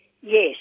Yes